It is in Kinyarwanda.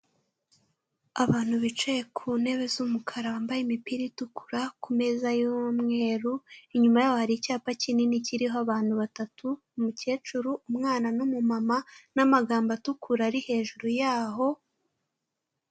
Abantu bicaye ku ntebe z'umukara bambaye imipira itukura, ku meza y'umweru, inyuma yaho hari icyapa kinini kiriho abantu batatu; umukecuru, umwana n'umumama, n'amagambo atukura ari hejuru yaho...